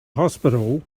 hospital